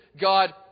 God